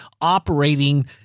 operating